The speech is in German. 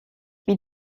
wie